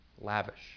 lavish